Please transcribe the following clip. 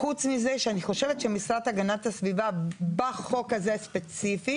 חוץ מזה שאני חושבת שהמשרד להגנת הסביבה בחוק הזה ספציפית